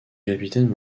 capitaine